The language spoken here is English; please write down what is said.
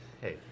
Hey